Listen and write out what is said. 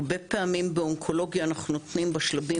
הרבה פעמים באונקולוגיה אנחנו נותנים בשלבים